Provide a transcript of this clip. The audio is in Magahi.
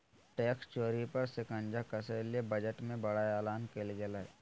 टैक्स चोरी पर शिकंजा कसय ले बजट में बड़ा एलान कइल गेलय